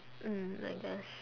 mmhmm I guess